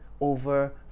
over